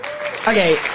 Okay